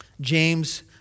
James